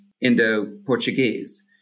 Indo-Portuguese